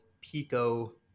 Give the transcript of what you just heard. pico